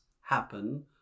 happen